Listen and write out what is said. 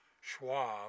Schwab